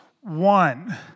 One